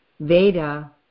veda